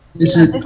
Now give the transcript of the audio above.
this is